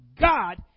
God